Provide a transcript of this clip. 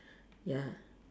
ya